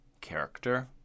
character